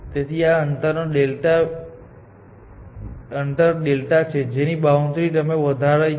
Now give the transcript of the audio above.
તેથી આ અંતર ડેલ્ટા છે જેની બાઉન્ડ્રી તમેં વધારી છે